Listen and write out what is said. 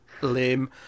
lame